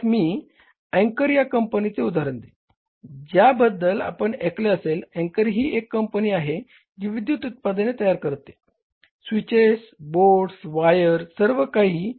आपणास मी अँकर या कंपनीचे उदाहरण देईन ज्याबद्दल आपण ऐकले असेल अँकर ही एक कंपनी आहे जी विद्युत उत्पादने तयार करते स्विचेस बोर्ड वायर सर्व काही